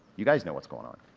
you guys know what's going on.